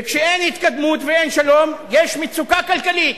וכשאין התקדמות ואין שלום יש מצוקה כלכלית.